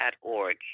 org